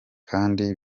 kandi